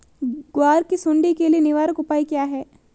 ग्वार की सुंडी के लिए निवारक उपाय क्या है?